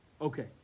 Okay